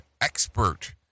expert